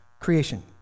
creation